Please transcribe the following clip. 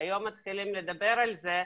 היום אנחנו מתחילים לדבר על זה,